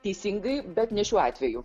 teisingai bet ne šiuo atveju